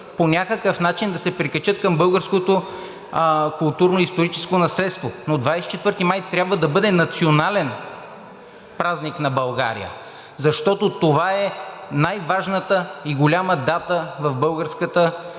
по някакъв начин да се прикачат към българското културно-историческо наследство. Но 24 май трябва да бъде национален празник на България, защото това е най-важната и голяма дата в българската история